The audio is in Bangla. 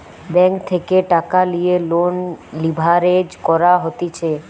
ব্যাঙ্ক থেকে টাকা লিয়ে লোন লিভারেজ করা হতিছে